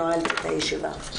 הישיבה נעולה.